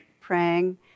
praying